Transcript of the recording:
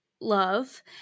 love